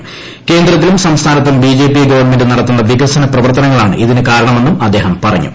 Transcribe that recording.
ക്ഷേന്ദ്രത്തിലും സംസ്ഥാനത്തും BJP government നടത്തുന്നൂ പ്പികസന പ്രവർത്തനങ്ങളാണ് ഇതിന് കാരണമെന്നും അഭ്ദേഹം പറഞ്ഞു